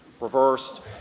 reversed